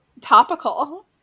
Topical